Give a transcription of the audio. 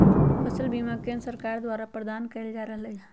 फसल बीमा केंद्र सरकार द्वारा प्रदान कएल जा रहल हइ